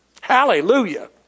Hallelujah